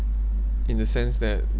in the sense that